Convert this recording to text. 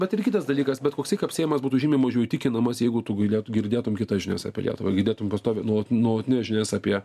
bet ir kitas dalykas bet koksai kapsėjimas būtų žymiai mažiau įtikinamas jeigu tu gailėtu girdėtum kitas žinias apie lietuvą girdėtum pastovi nuolatines žinias apie